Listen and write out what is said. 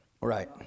Right